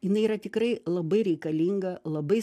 jinai yra tikrai labai reikalinga labai